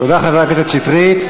תודה, חבר הכנסת שטרית.